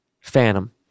Phantom